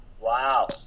Wow